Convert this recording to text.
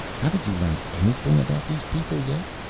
haven't you learned anything about these people yet?